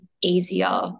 easier